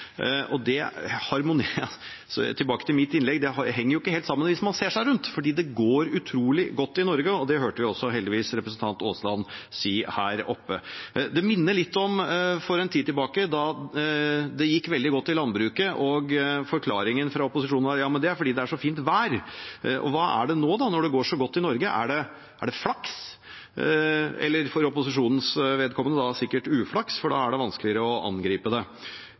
fungerer svært dårlig. Tilbake til mitt innlegg: Det henger jo ikke helt sammen hvis man ser seg rundt, for det går utrolig godt i Norge, og det hørte vi heldigvis representanten Aasland si her oppe. Det minner litt om da det gikk veldig godt i landbruket for en tid tilbake og forklaringen fra opposisjonen var at det var fordi det var så fint vær. Hva skyldes det nå da, at det går så godt i Norge? Er det flaks? For opposisjonens vedkommende er det sikkert uflaks, for da er det vanskeligere å angripe det.